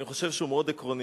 אני חושב שהוא מאוד עקרוני.